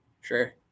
Sure